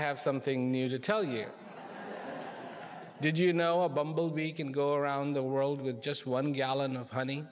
have something new to tell you did you know a bumble bee can go around the world with just one gallon of h